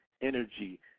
energy